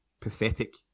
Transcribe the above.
Pathetic